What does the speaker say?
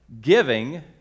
giving